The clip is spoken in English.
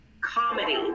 comedy